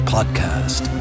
Podcast